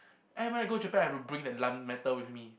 and when I go to Japan I have to bring the metal with me